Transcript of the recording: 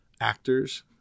actors